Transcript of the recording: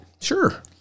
Sure